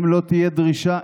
אם לא תהיה דרישה,